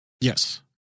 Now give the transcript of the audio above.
yes